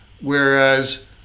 Whereas